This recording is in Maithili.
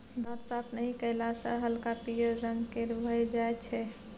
दांत साफ नहि कएला सँ हल्का पीयर रंग केर भए जाइ छै